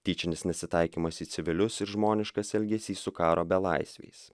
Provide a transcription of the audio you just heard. tyčinis nesitaikymas į civilius ir žmoniškas elgesys su karo belaisviais